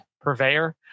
purveyor